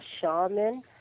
shaman